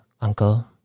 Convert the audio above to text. Uncle